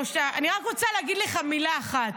אני רק רוצה להגיד לך מילה אחת.